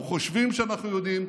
אנחנו חושבים שאנחנו יודעים,